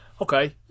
Okay